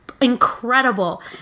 incredible